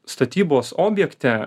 statybos objekte